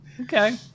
okay